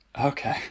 okay